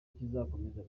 kizakomeza